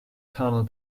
tunnel